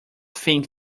think